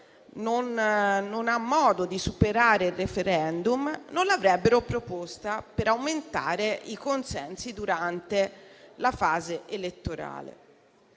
non ha modo di superare il *referendum*, non l'avrebbe proposta per aumentare i consensi durante la fase elettorale.